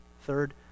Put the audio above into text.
Third